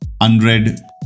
unread